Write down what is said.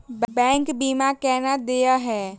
Bank बीमा केना देय है?